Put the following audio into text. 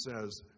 says